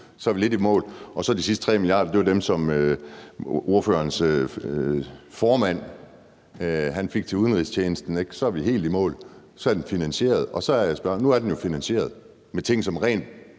så er vi lidt i mål. De sidste 3 mia. kr. var dem, som ordførerens formand fik til udenrigstjenesten, og så er vi helt i mål. Så er det finansieret. Nu er den jo finansieret med ting, som rent